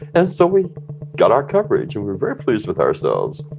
and so we got our coverage. and we were very pleased with ourselves.